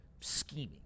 scheming